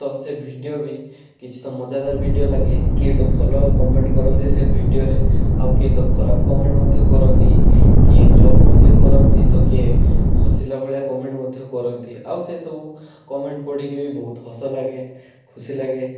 ତ ସେ ଭିଡ଼ିଓ ବି କିଛି ତ ମଜାଦାର ଭିଡ଼ିଓ ଲାଗେ କିଏ ତ ଭଲ କମେଣ୍ଟ କରନ୍ତି ସେ ଭିଡ଼ିଓରେ ଆଉ କିଏ ତ ଖରାପ କମେଣ୍ଟ ମଧ୍ୟ କରନ୍ତି କିଏ ଜୋକ୍ ମଧ୍ୟ କରନ୍ତି ତ କିଏ ହସିଲା ଭଳିଆ କମେଣ୍ଟ ମଧ୍ୟ କରନ୍ତି ଆଉ ସେସବୁ କମେଣ୍ଟ ପଢ଼ିକି ବି ବହୁତ ହସ ଲାଗେ ଖୁସି ଲାଗେ